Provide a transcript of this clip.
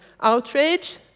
outrage